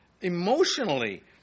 emotionally